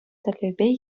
тӗллевпе